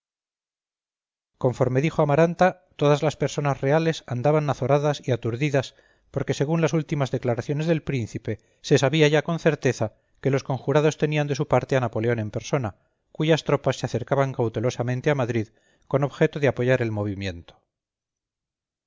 conforme dijo amaranta todas las personas reales andaban azoradas y aturdidas porque según las últimas declaraciones del príncipe se sabía ya con certeza que los conjurados tenían de su parte a napoleón en persona cuyas tropas se acercaban cautelosamente a madrid con objeto de apoyar el movimiento